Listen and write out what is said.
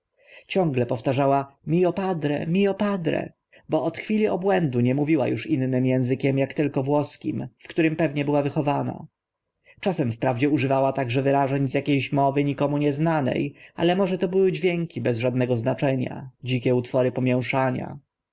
ciągle powtarzała mio padre mio padre bo od chwili obłędu nie mówiła uż innym ęzykiem ak tylko włoskim w którym pewnie była wychowana czasem wprawdzie używała także wyrażeń z akie ś mowy nikomu nie znane ale może to były dźwięki bez żadnego znaczenia dzikie utwory pomięszania